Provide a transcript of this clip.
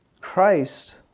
Christ